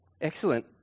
Excellent